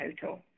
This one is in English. total